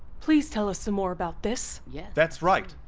please tell us some more about this! yeah that's right.